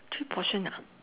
two portion ah